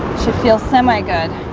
should feel semi good